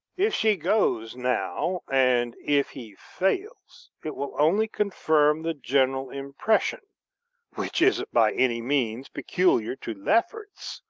if she goes now, and if he fails, it will only confirm the general impression which isn't by any means peculiar to lefferts,